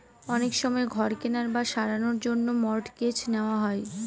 অনেক সময় ঘর কেনার বা সারানোর জন্য মর্টগেজ নেওয়া হয়